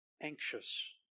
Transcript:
Anxious